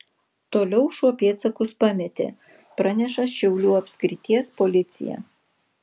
toliau šuo pėdsakus pametė praneša šiaulių apskrities policija